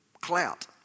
clout